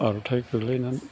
आर'न्थाइ गोलैनानै